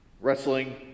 wrestling